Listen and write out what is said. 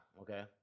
okay